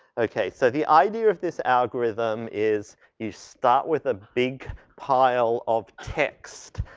okay. so the idea of this algorithm is you start with a big pile of text.